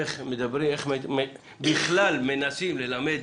איך בכלל מנסים ללמד